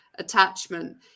attachment